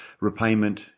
repayment